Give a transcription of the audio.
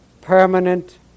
permanent